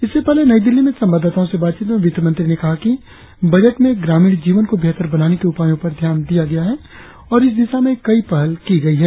इससे पहले नई दिल्ली में संवाददाताओ से बातचीत में वित्त मंत्री ने कहा कि बजट में ग्राणीण जीवन को बेहतर बनाने के उपायो पर ध्यान दिया गया है और इस दिशा में कई पहल की गई है